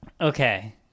Okay